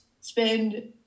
spend